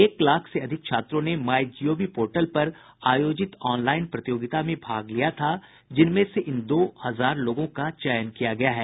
एक लाख से अधिक छात्रों ने माईगोव पोर्टल पर आयोजित ऑनलाइन प्रतियोगिता में भाग लिया था जिनमें से इन दो हजार लोगों का चयन किया गया है